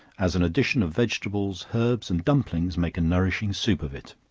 as an addition of vegetables, herbs, and dumplings make a nourishing soup of it.